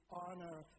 honor